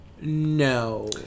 No